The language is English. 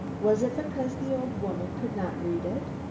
was it because the old woman could not read it?